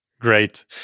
Great